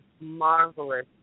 marvelous